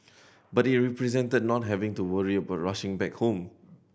but it represented not having to worry about rushing back home